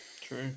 True